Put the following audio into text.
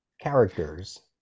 characters